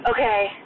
Okay